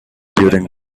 during